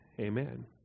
amen